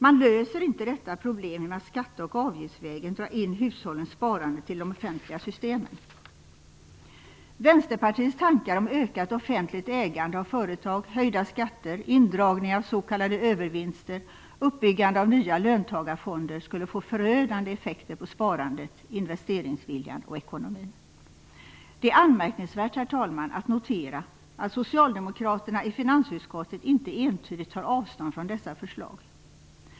Man löser inte detta problem genom att skatteoch avgiftsvägen dra in hushållens sparande till de offentliga systemen. Vänsterpartiets tankar om ökat offentligt ägande av företag, höjda skatter, indragningar av s.k. övervinster och uppbyggandet av nya löntagarfonder skulle få förödande effekter på sparandet, investeringsviljan och ekonomin. Det är anmärkningsvärt, herr talman, att socialdemokraterna i finansutskottet inte entydigt tar avstånd från dessa förslag.